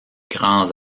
grands